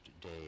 day